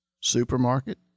Supermarket